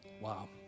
Wow